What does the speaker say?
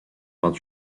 vingt